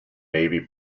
navy